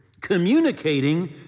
communicating